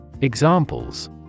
Examples